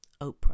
Oprah